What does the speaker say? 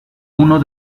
uno